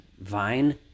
vine